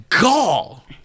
gall